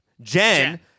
Jen